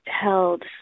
held